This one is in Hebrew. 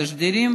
את התשדירים